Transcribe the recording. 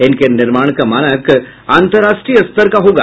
इनके निर्माण का मानक अंतरराष्ट्रीय स्तर का होगा